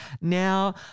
Now